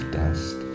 dust